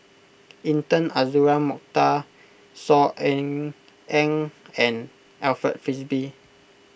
Intan Azura Mokhtar Saw Ean Ang and Alfred Frisby